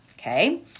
Okay